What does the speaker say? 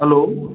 hello